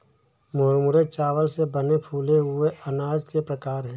मुरमुरे चावल से बने फूले हुए अनाज के प्रकार है